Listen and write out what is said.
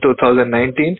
2019